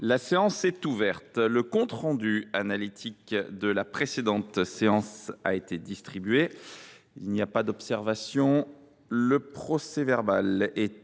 La séance est ouverte. Le compte rendu analytique de la précédente séance a été distribué. Il n’y a pas d’observation ?… Le procès verbal est